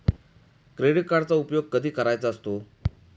Credit कार्डचा उपयोग कधी करायचा असतो?